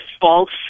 false